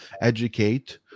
educate